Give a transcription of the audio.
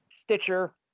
Stitcher